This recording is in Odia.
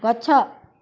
ଗଛ